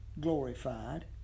glorified